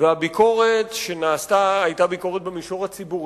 והביקורת שנעשתה היתה ביקורת במישור הציבורי,